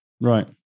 Right